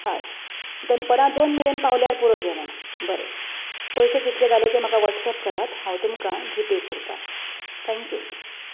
हय दनपरां दोन मेरेन पावल्यार पुरो जेवण बरें पयशें कितले जाले तें म्हाका वॉट्सऍप करात हांव तुमकां जीपे करतां थेंक्यू